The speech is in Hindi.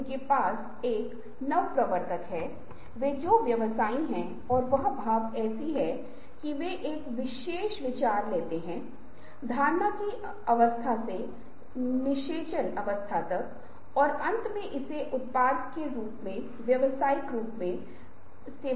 स्कीमा इस अर्थ में निरोधात्मक हो सकती है कि यदि हमारे पास एक मौजूदा स्कीमा है जो आप अक्सर नए विचारों को सीखना चाहते हैं यह आम तौर पर अपने स्कीमा पर वापस जाएं क्योंकि मस्तिष्क की एक प्रवृत्ति है जो कम काम करने की कोशिश कर रही है क्योंकि मस्तिष्क आमतौर पर जितना संभव हो उतना आलसी होने का प्रयास करता है जैसा कि मैंने अभी आपके साथ चर्चा की है